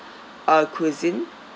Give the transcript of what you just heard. uh cuisine